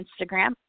Instagram